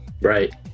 Right